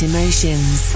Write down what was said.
Emotions